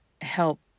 help